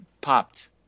popped